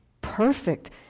Perfect